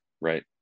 right